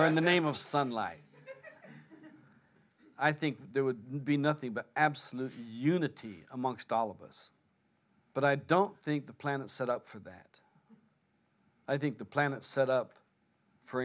oxygen in the name of sunlight i think there would be nothing but absolute unity amongst all of us but i don't think the planet set up for that i think the planet set up for